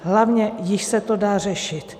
Hlavně již se to dá řešit.